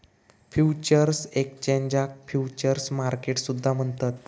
futures एक्सचेंजाक futures market सुद्धा म्हणतत